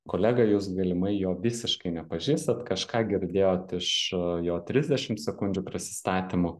kolega jūs galimai jo visiškai nepažįstat kažką girdėjot iš jo trisdešim sekundžių prisistatymų